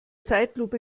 zeitlupe